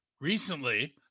Recently